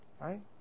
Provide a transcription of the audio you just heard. Right